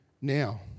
now